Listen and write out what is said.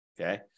okay